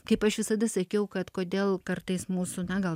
kaip aš visada sakiau kad kodėl kartais mūsų na gal